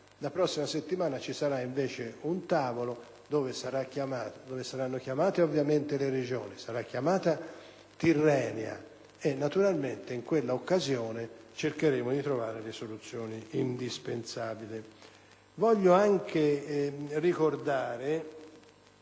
La prossima settimana ci sarà, invece, un tavolo dove saranno chiamate ovviamente le Regioni, sarà chiamata la Tirrenia e naturalmente, in quella occasione, cercheremo di trovare le soluzioni indispensabili.